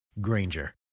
Granger